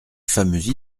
fameuse